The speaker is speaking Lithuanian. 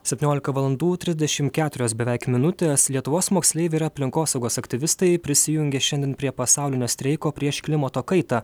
septyniolika valandų trisdešim keturios beveik minutės lietuvos moksleivių ir aplinkosaugos aktyvistai prisijungė šiandien prie pasaulinio streiko prieš klimato kaitą